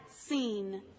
seen